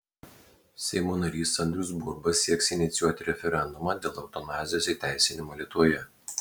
seimo narys andrius burba sieks inicijuoti referendumą dėl eutanazijos įteisinimo lietuvoje